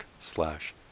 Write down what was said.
slash